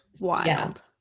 wild